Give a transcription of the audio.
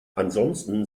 ansonsten